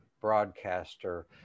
broadcaster